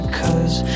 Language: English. cause